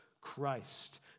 Christ